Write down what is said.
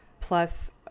Plus